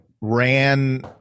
ran